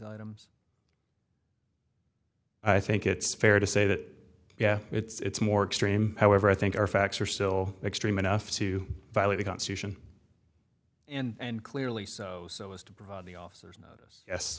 items i think it's fair to say that yeah it's more extreme however i think our facts are still extreme enough to violate the constitution and clearly so so as to provide the officers